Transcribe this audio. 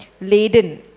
laden